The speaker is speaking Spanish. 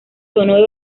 sonoro